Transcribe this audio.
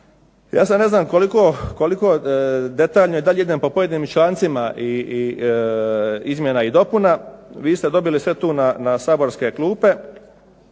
Ja sad ne znam koliko detaljno da dalje idem po pojedinim člancima izmjena i dopuna. Vi ste dobili sve tu saborske klupe.